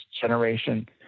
generation